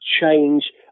change